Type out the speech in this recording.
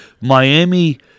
Miami